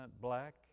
black